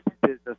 business